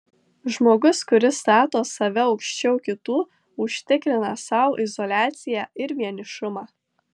žmogus kuris stato save aukščiau kitų užtikrina sau izoliaciją ir vienišumą